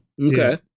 okay